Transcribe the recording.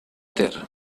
ter